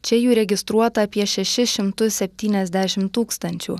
čia jų registruota apie šešis šimtus septyniasdešimt tūkstančių